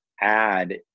add